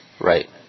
Right